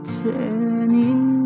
turning